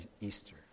Easter